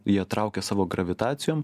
jie traukia savo gravitacijom